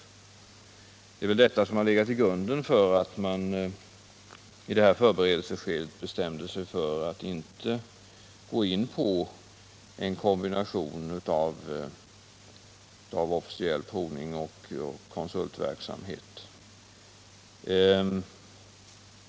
Det är väl detta som har legat till grund för att man i övergångsskedet bestämde sig för att inte gå in på en kombination av officiell provning och konsultverksamhet.